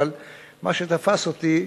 אבל מה שתפס אותי,